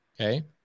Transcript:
Okay